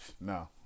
no